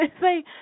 say